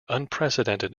unprecedented